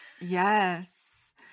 yes